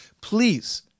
Please